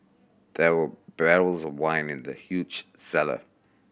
there were barrels of wine in the huge cellar